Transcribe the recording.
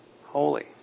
holy